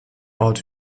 ort